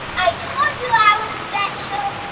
i told you i was special!